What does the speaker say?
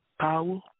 power